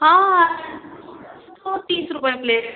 हाँ तो तीस रुपये प्लेट